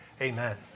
Amen